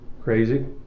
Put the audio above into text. crazy